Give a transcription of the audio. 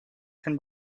can